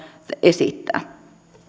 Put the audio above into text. esittää